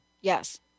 Yes